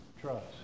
trust